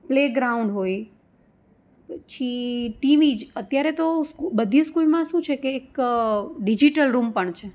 playground હોય પછી TV જ અત્યારે તો બધી સ્કૂલમાં શું છે કે એક ડિઝિટલ રૂમ પણ છે